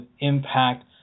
impact